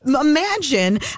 imagine